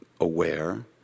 aware